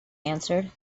answered